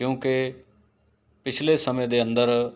ਕਿਉਂਕਿ ਪਿਛਲੇ ਸਮੇਂ ਦੇ ਅੰਦਰ